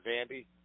Andy